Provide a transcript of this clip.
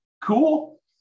Cool